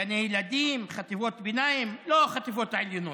גני ילדים, חטיבות ביניים, לא בחטיבות העליונות,